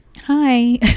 hi